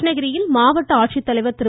கிருஷ்ணகிரியில் மாவட்ட ஆட்சித்தலைவர் திரு